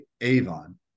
Avon